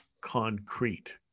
concrete